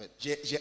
j'ai